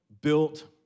built